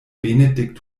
benedikt